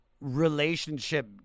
relationship